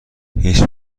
هیچ